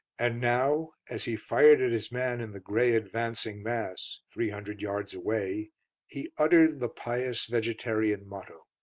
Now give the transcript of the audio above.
and now, as he fired at his man in the grey advancing mass three hundred yards away he uttered the pious vegetarian motto.